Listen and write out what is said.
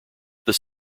this